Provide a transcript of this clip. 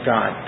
God